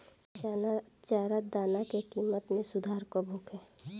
चारा दाना के किमत में सुधार कब होखे?